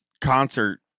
concert